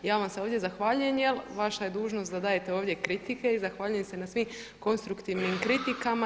I ja vam se ovdje zahvaljujem jer vaša je dužnost da dajete ovdje kritike i zahvaljujem se na svim konstruktivnim kritikama.